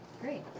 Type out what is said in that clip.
Great